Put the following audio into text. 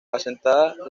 asentada